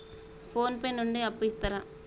Phone pay నుండి అప్పు ఇత్తరా?